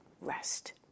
rest